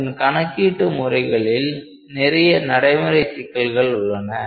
ஆனால் இதன் கணக்கீட்டு முறைகளில் நிறைய நடைமுறைச் சிக்கல்கள் உள்ளன